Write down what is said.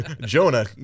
Jonah